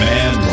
Man